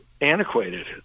antiquated